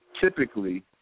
Typically